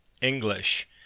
English